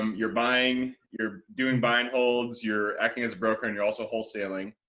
um you're buying, you're doing buying holds, you're acting as a broker and you're also wholesaling.